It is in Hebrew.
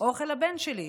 אוכל לבן שלי.